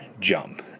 jump